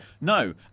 No